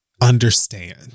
Understand